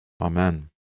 Amen